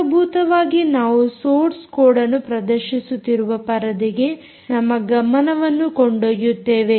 ಮೂಲಭೂತವಾಗಿ ನಾವು source code ಅನ್ನು ಪ್ರದರ್ಶಿಸುತ್ತಿರುವ ಪರದೆಗೆ ನಮ್ಮ ಗಮನವನ್ನು ಕೊಂಡೊಯ್ಯುತ್ತೇವೆ